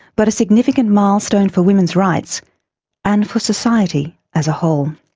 but a significant milestone for women's rights and for society as a whole.